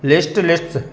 list lists